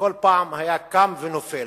וכל פעם הוא קם ונופל,